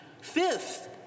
Fifth